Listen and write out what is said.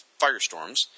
Firestorms